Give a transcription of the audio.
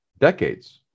decades